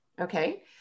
Okay